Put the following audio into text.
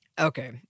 Okay